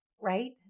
right